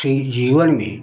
ची जीवन में